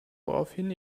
woraufhin